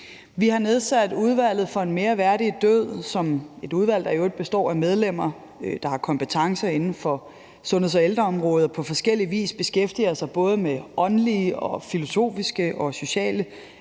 Vi har nedsat Udvalget for en mere værdig død, som er et udvalg, der består af medlemmer, der har kompetencer inden for sundheds- og ældreområdet, og som på forskellig vis beskæftiger sig både med åndelige og filosofiske og sociale